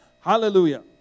Hallelujah